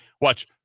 watch